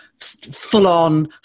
full-on